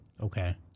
Okay